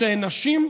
לעובדה שהן נשים,